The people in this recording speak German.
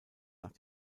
nach